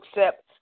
accept